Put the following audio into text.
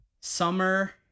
summer